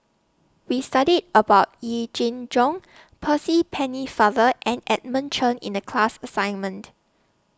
We studied about Yee Jenn Jong Percy Pennefather and Edmund Chen in The class assignment